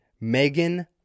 Megan